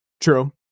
True